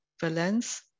Valence